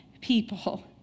people